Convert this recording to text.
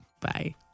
Bye